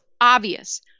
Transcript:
obvious